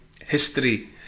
history